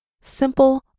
simple